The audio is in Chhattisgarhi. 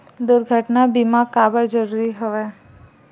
दुर्घटना बीमा काबर जरूरी हवय?